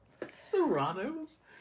serranos